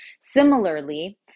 Similarly